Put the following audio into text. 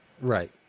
Right